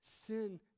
sin